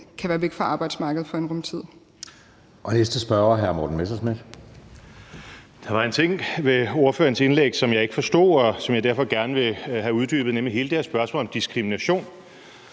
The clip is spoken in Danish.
Den næste spørger er hr. Morten Messerschmidt. Kl. 12:24 Morten Messerschmidt (DF): Der var en ting ved ordførerens indlæg, som jeg ikke forstod, og som jeg derfor gerne vil have uddybet, nemlig hele det her spørgsmål om diskrimination.